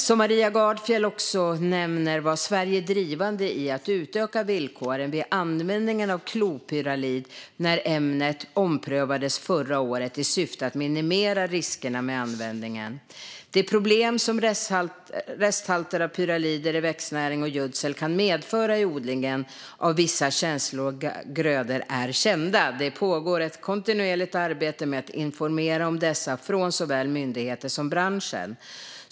Som Maria Gardfjell också nämner var Sverige drivande i att utöka villkoren vid användning av klopyralid när ämnet omprövades förra året i syfte att minimera riskerna med användningen. De problem som resthalter av pyralider i växtnäring och gödsel kan medföra i odlingen av vissa känsliga grödor är kända. Det pågår ett kontinuerligt arbete med att informera om dessa från såväl myndigheter som bransch.